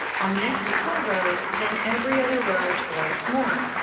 on next four rows, then every other row, twice more.